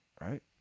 Right